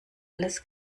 alles